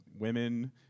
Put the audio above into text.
women